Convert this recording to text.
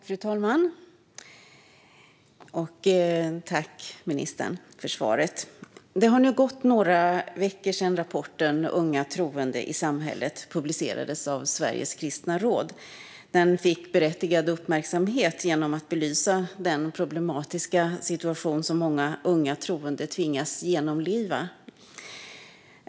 Fru talman! Tack, ministern, för svaret! Det har nu gått några veckor sedan rapporten Unga troende i samhället publicerades av Sveriges kristna råd. Den fick berättigad uppmärksamhet genom att den belyser den problematiska situation som många unga troende tvingas genomleva.